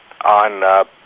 on